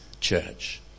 church